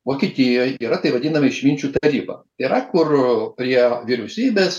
vokietijoj yra taip vadinami išminčių taryba yra kur prie vyriausybės